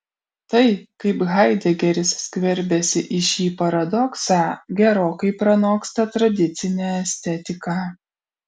tai kaip haidegeris skverbiasi į šį paradoksą gerokai pranoksta tradicinę estetiką